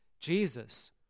Jesus